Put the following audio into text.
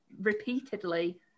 repeatedly